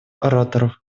ораторов